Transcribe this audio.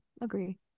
Agree